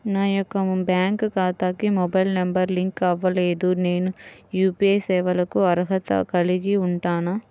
నా యొక్క బ్యాంక్ ఖాతాకి మొబైల్ నంబర్ లింక్ అవ్వలేదు నేను యూ.పీ.ఐ సేవలకు అర్హత కలిగి ఉంటానా?